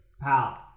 pal